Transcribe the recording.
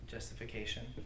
Justification